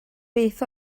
beth